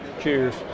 Cheers